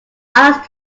asked